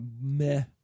meh